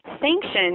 Sanctions